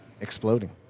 exploding